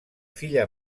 filla